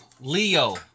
Leo